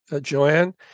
Joanne